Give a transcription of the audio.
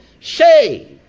Saved